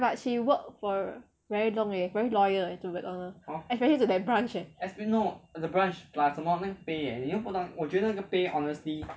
ya but she worked for very long already very loyal to McDonald's especially to the branch